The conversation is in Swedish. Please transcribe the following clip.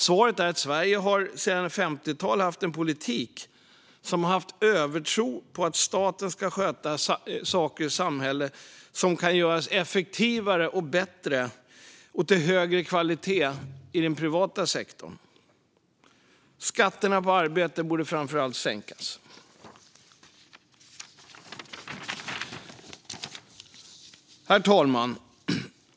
Svaret är att Sverige sedan 1950-talet har haft en politik som har haft en övertro på att staten ska sköta saker i samhället som kan göras effektivare, bättre och till högre kvalitet i den privata sektorn. Framför allt borde skatterna på arbete sänkas. Herr talman!